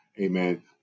amen